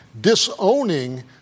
disowning